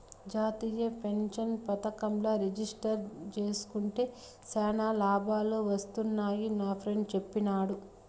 జాతీయ పెన్సన్ పదకంల రిజిస్టర్ జేస్కుంటే శానా లాభాలు వున్నాయని నాఫ్రెండ్ చెప్పిన్నాడు